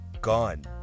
gone